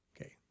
Okay